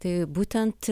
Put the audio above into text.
tai būtent